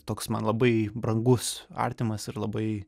toks man labai brangus artimas ir labai